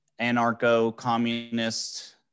anarcho-communist